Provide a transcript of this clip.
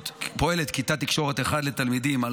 פועלת כיתת תקשורת אחת לתלמידים על